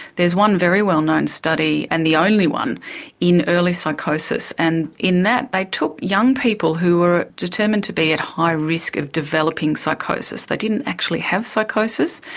there is one very well-known study and the only one in early psychosis, and in that they took young people who were determined to be at high risk of developing psychosis, they didn't actually have psychosis,